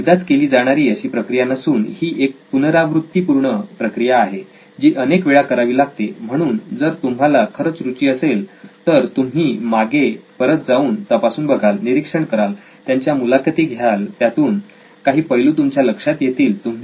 ही एकदाच केली जाणारी अशी प्रक्रिया नसून ती एक पुनरावृत्ती पूर्ण प्रक्रिया आहे जी अनेक वेळा करावी लागते म्हणून जर तुम्हाला खरंच रुची असेल तर तुम्ही परत मागे जाऊन तपासून बघाल निरीक्षण कराल त्यांच्या मुलाखती घ्याल त्यातून काही पैलू तुमच्या लक्षात येतील